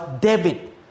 David